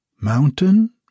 Mountain